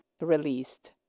released